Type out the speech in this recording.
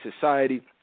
society